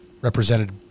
represented